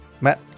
Matt